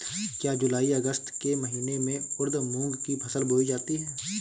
क्या जूलाई अगस्त के महीने में उर्द मूंग की फसल बोई जाती है?